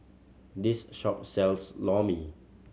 this shop sells Lor Mee